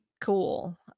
cool